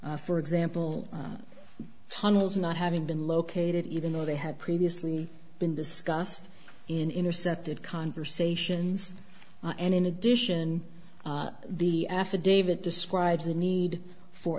for example tunnels not having been located even though they had previously been discussed in intercepted conversations and in addition the affidavit describes the need for